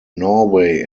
norway